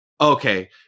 Okay